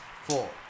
Four